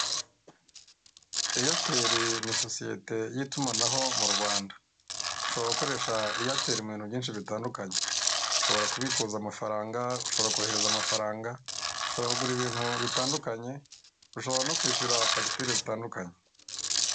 Airtel ni sosiyete y'itumanaho mu rwanda ushobora gukoresha airtel ibintu byinshi bitandukanye ushobora kubikuza amafaranga, ushobora kohereza amafaranga, ushobora kugura ibintu bitandukanye, ushobora no kwishyura fagitire zitandukanye.